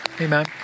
Amen